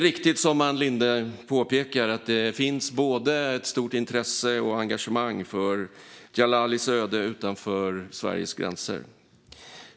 Det är riktigt att det finns ett stort både intresse och engagemang för Djalalis öde utanför Sveriges gränser, som Ann Linde påpekar.